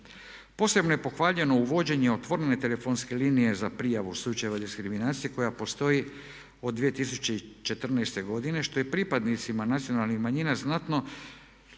Posebno je pohvaljeno uvođenje otvorene telefonske linije za prijavu slučajeva diskriminacije koja postoji od 2014. godine što je pripadnicima nacionalnih manjina znatno